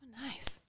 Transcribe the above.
Nice